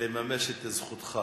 ולממש את זכותך.